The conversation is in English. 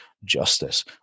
justice